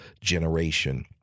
generation